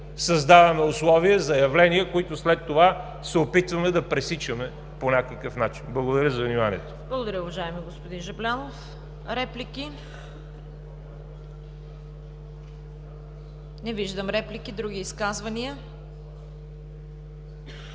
създаваме условия за явления, които след това се опитваме да пресичаме по някакъв начин. Благодаря за вниманието. ПРЕДСЕДАТЕЛ ЦВЕТА КАРАЯНЧЕВА: Благодаря, уважаеми господин Жаблянов. Реплики? Не виждам реплики. Други изказвания?